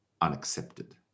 unaccepted